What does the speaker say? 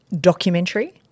documentary